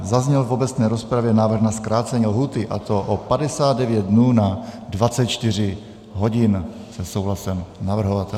Zazněl v obecné rozpravě návrh na zkrácení lhůty a to o 59 dnů na 24 hodin se souhlasem navrhovatele.